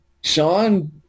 Sean